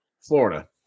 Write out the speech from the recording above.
Florida